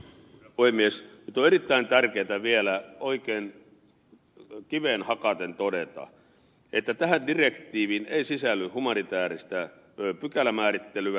nyt on erittäin tärkeätä vielä oikein kiveen hakaten todeta että tähän direktiiviin ei sisälly humanitaarista pykälämäärittelyä